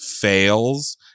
fails